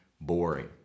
boring